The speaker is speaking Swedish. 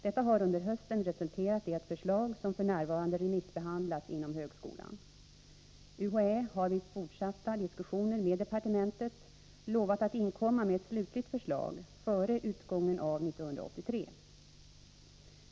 Detta har under hösten resulterat i ett förslag som f. n. remissbehandlas inom högskolan. UHÄ har vid fortsatta diskussioner med departementet lovat att inkomma med ett slutligt förslag före utgången av 1983.